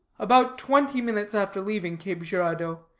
about twenty minutes after leaving cape giradeau,